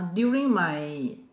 during my